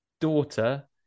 daughter